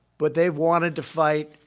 but they wanted to fight,